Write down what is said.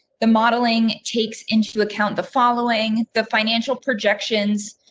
the modeling takes into account the following the financial projections,